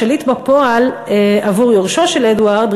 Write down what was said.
השליט בפועל עבור יורשו של אדוארד,